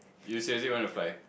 you seriously want to fly